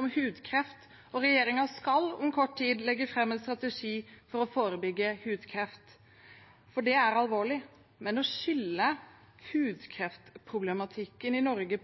om hudkreft, og regjeringen skal om kort tid legge fram en strategi for å forebygge hudkreft, for det er alvorlig. Men å skylde på solariumsreklame for hudkreftproblematikken i Norge,